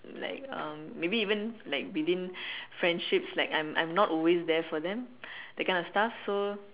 like um maybe even like within friendships like I'm I'm not always there for them that kind of stuff so